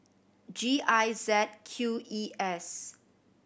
G I Z Q E S